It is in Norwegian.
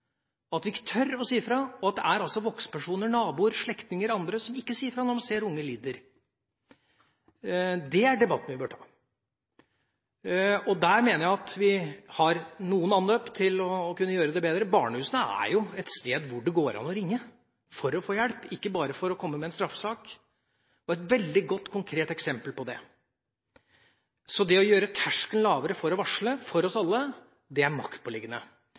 og at det er voksenpersoner – naboer, slektninger eller andre – som ikke sier fra når de ser unger lider. Det er debatten vi bør ta, og der mener jeg vi har noen tilløp til å gjøre det bedre: Barnehusene er f.eks. et veldig konkret eksempel på et sted det går an å ringe for å få hjelp – ikke bare for å komme med en straffesak. Så det å gjøre terskelen for å varsle lavere – for oss alle – er maktpåliggende.